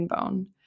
bone